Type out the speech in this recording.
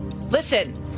Listen